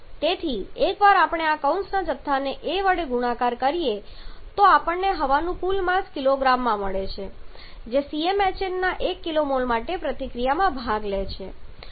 તેથી એકવાર આપણે આ કૌંસના જથ્થાને a વડે ગુણાકાર કરીએ તો આપણને હવાનું કુલ માસ કિલોગ્રામમાં મળે છે જે CmHn ના 1 kmol માટે પ્રતિક્રિયામાં ભાગ લે છે